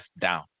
down